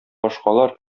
башкалар